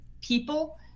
people